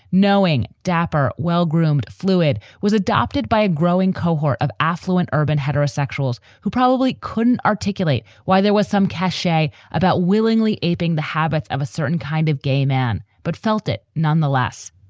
knowing dapper, well groomed fluid was adopted by a growing cohort of affluent urban heterosexuals who probably couldn't articulate why there was some cachet about willingly aping the habits of a certain kind of gay man, but felt it nonetheless.